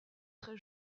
très